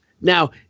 Now